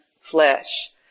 flesh